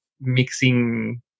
mixing